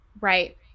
Right